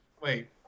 wait